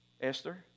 Esther